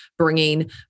bringing